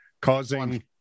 causing